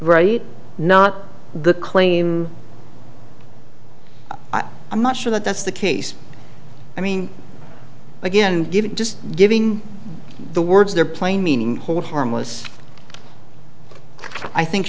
right not the claim i'm not sure that that's the case i mean again given just giving the words their plain meaning hold harmless i think